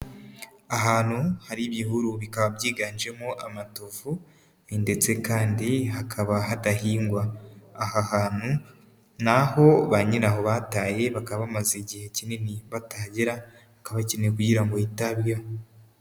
Ahantu hari ibihuru bikaba byiganjemo amatovu ndetse kandi hakaba hadahingwa, aha hantu ni aho banyiraho bataye bakaba bamaze igihe kinini batahagera, hakaba hakenewe kugira ngo hitabweho.